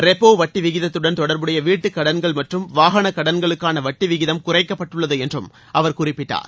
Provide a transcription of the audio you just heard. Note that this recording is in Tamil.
ரெப்போ வட்டி விகிதத்துடன் தொடர்புடைய வீட்டுக்கடன்கள் மற்றும் வாகனக்கடன்களுக்கான வட்டி விகிதம் குறைக்கப்பட்டுள்ளது என்றும் அவர் குறிப்பிட்டார்